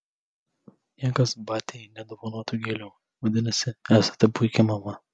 niekas batiai nedovanotų gėlių vadinasi esate puiki mama